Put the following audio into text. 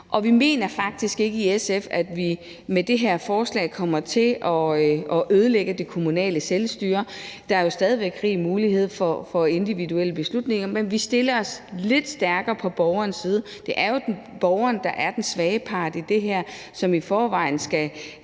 dag. Vi mener faktisk ikke i SF, at vi med det her forslag kommer til at ødelægge det kommunale selvstyre. Der er jo stadig væk rig mulighed for individuelle beslutninger, men vi stiller os lidt stærkere på borgerens side. Det er jo borgeren, der er den svage part i det her, og som i forvejen skal